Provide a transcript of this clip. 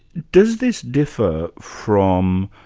does this differ from